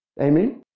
Amen